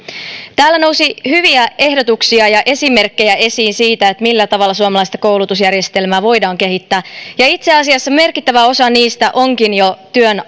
täällä nousi esiin hyviä ehdotuksia ja esimerkkejä siitä millä tavalla suomalaista koulutusjärjestelmää voidaan kehittää itse asiassa merkittävä osa niistä onkin jo työn